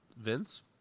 Vince